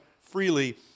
freely